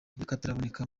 y’akataraboneka